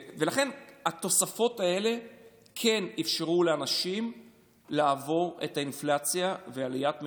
התוספות האלה כן אפשרו לאנשים לעבור את האינפלציה ואת עליית המחירים,